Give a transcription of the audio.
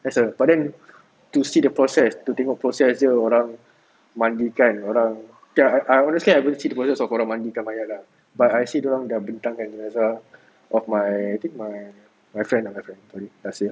that's a but then to see the process to tengok process dia orang mandikan orang okay I I honestly I haven't see process of orang mandikan mayat lah but I see dorang dah bentang kan jenazah of my I think my my friend ah my friend last year